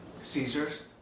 Caesars